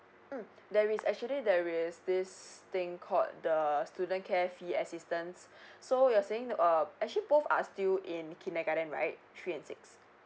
mm there is actually there is this thing called the student care fee assistance so you're saying uh actually both are still in kindergarten right three and six